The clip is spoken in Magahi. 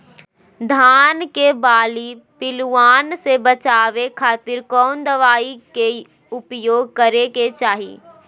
धान के बाली पिल्लूआन से बचावे खातिर कौन दवाई के उपयोग करे के चाही?